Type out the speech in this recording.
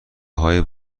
های